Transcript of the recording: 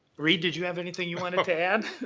reed, did you have anything you wanted to add?